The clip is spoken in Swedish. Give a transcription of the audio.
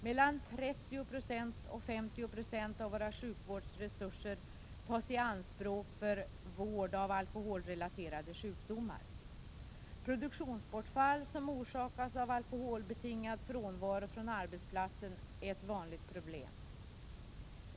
Mellan 30 och 50 96 av våra sjukvårdsresurser tas i anspråk för vård av alkoholrelaterade sjukdomar. Produktionsbortfall som orsakas av alkoholbetingad frånvaro från arbetsplatsen är ett vanligt problem.